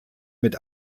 mit